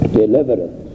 deliverance